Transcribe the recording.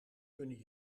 kunnen